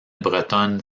bretonne